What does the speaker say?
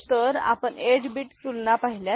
तर आपण 8 बिट तुलना पाहिल्यास